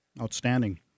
Outstanding